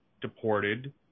deported